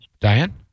Diane